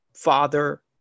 Father